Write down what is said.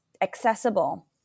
accessible